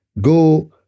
go